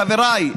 חבריי,